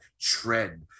trend